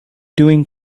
doing